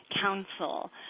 council